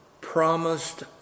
promised